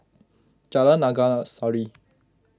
Jalan Naga Sari